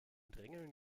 drängeln